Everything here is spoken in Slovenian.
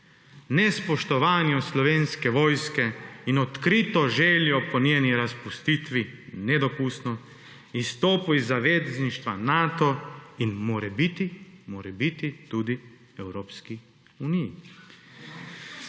nespoštovanje Slovenske vojske in odkrito željo po njeni razpustitvi, nedopustno, izstopu iz zavezništva Nato in morebiti, morebiti tudi Evropski uniji…